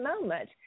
moment